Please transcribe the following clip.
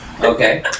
Okay